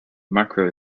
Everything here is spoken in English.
macro